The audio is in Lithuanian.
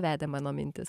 vedė mano mintis